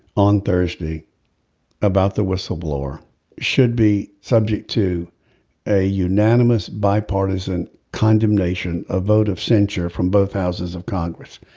on thursday about the whistleblower should be subject to a unanimous bipartisan condemnation a vote of censure from both houses of congress.